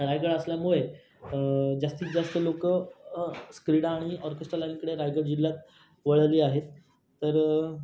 रायगड असल्यामुळे जास्तीत जास्त लोकं स्क्रीडा आणि ऑर्केस्ट्राला इकडे रायगड जिल्ह्यात वळाली आहेत तर